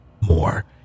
more